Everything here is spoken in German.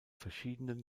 verschiedenen